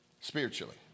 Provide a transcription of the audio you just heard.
spiritually